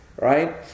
right